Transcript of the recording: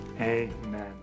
Amen